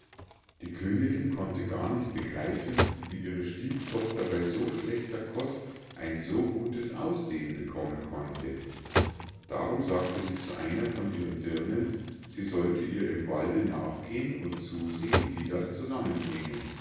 die königinn konnte gar nicht begreifen wie ihre stieftochter bei so schlechter kost ein so gutes aussehen bekommen konnte darum sagte sie zu einer von ihren dirnen sie sollte ihr im walde nachgehen und zusehen wie das zusammenhinge